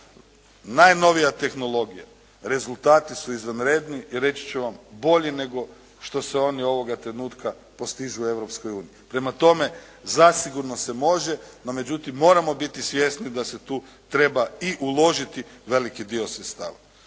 najnovija tehnologija rezultati su izvanredni i reći ću vam bolji nego što se oni ovoga trenutka postižu u Europskoj uniji. Prema tome, zasigurno se može, no međutim moramo biti svjesni da se tu treba i uložiti veliki dio sredstava.